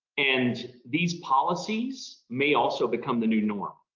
and these policies may also become the new norm.